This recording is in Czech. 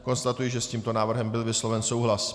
Konstatuji, že s tímto návrhem byl vysloven souhlas.